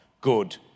good